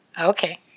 okay